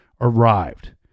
arrived